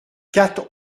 quatre